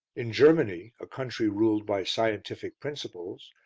in germany, a country ruled by scientific principles,